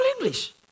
English